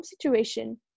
situation